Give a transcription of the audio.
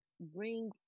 bring